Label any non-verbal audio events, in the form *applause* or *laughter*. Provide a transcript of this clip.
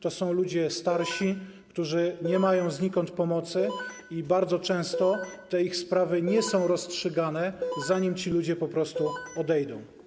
To są ludzie starsi, *noise* którzy nie mają znikąd pomocy, i bardzo często te ich sprawy nie są rozstrzygane, zanim ci ludzie po prostu odejdą.